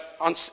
on